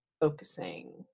focusing